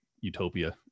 utopia